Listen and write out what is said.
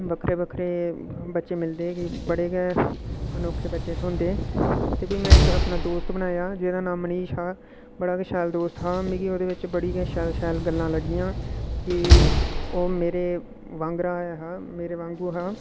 बक्खरे बक्खरे बच्चे मिलदे केईं बड़े गै अनोखे बच्चे उत्थै होंदे ते भी में इक अपना दोस्त बनाया जेह्दा नांऽ मनीश हा बड़ा गै शैल दोस्त हा मिगी ओह्दे बिच बड़ी गै शैल शैल गल्लां लग्गियां कि ओह् मेरे आंह्गर ऐहा मेरे आंह्गर हा